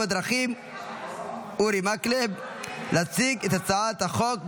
בדרכים אורי מקלב להציג את הצעת החוק,